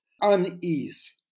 unease